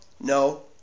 No